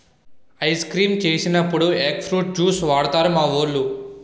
ice creams చేసినప్పుడు egg fruit juice వాడుతారు మావోలు